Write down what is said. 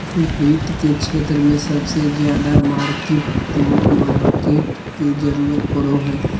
वित्त के क्षेत्र मे सबसे ज्यादा मार्किट टू मार्केट के जरूरत पड़ो हय